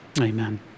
Amen